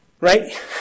right